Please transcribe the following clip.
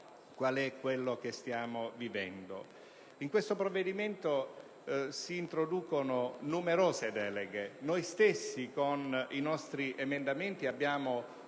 In questo provvedimento si introducono numerose deleghe. Noi stessi, con i nostri emendamenti, abbiamo